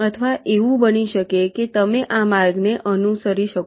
અથવા એવું બની શકે કે તમે આ માર્ગને અનુસરી શકો